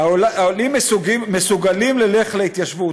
העולים מסוגלים לילך להתיישבות.